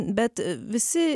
bet visi